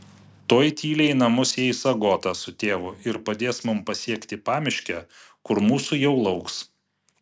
tuoj tyliai į namus įeis agota su tėvu ir padės mums pasiekti pamiškę kur mūsų jau lauks